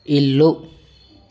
ఇల్లు